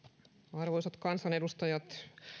arvoisat kansanedustajat